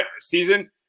season